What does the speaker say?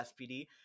SPD